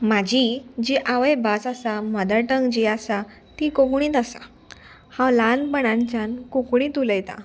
म्हाजी जी आवयभास आसा मदर टंग जी आसा ती कोंकणीच आसा हांव ल्हानपणाच्यान कोंकणीत उलयतां